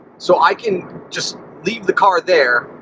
so i can just leave the car there,